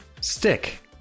stick